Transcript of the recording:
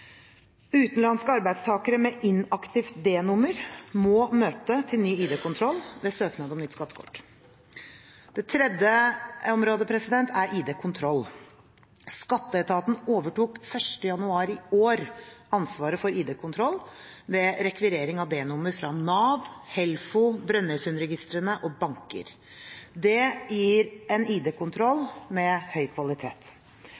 Utenlandske arbeidstakere med inaktivt D-nummer må møte til ny ID-kontroll ved søknad om nytt skattekort. Det tredje området er ID-kontroll. Skatteetaten overtok 1. januar i år ansvaret for ID-kontroll ved rekvirering av D-nummer fra Nav, Helfo, Brønnøysundregistrene og banker. Det gir en